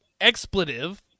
expletive